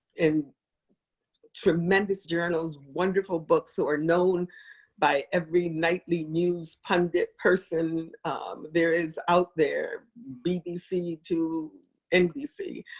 in tremendous journals, wonderful books, who are known by every nightly news pundit person there is out there, bbc to nbc.